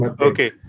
Okay